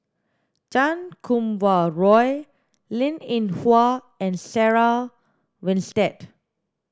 Chan Kum Wah Roy Linn In Hua and Sarah Winstedt